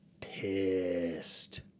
pissed